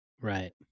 Right